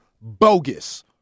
bogus